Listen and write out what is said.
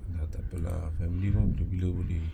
tak apa lah family bila bila boleh